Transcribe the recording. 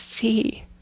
see